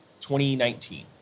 2019